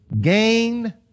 gain